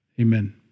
Amen